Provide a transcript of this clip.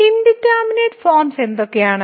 indeterminate forms എന്തൊക്കെയാണ്